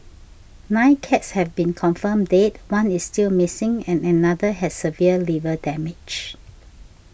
nine cats have been confirmed dead one is still missing and another has severe liver damage